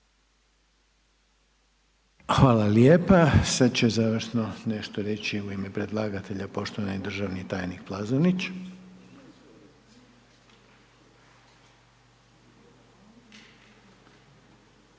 Hvala lijepa. Sad će završno nešto reći u ime predlagatelja poštovani državni tajnik Plazonić.